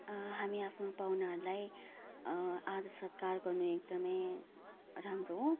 हामी आफ्नो पाहुनाहरूलाई आदर सत्कार गर्नु एकदमै राम्रो हो